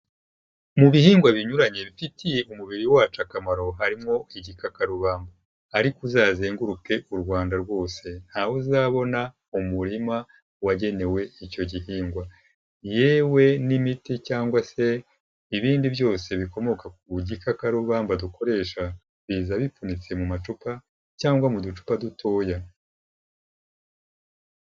Mu bihingwa binyuranye bifitiye umubiri wacu akamaro harimo igikakarubamba, ariko uzazenguruke u Rwanda rwose, ntago uzabona umurima wagenewe icyo gihingwa, yewe n'imiti cyangwa se ibindi byose bikomoka ku gikakarubamba dukoresha, biza bipfunyitse mu macupa, cyangwa mu ducupa dutoya.